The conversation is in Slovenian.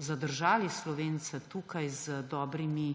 zadržali Slovence tukaj z dobrimi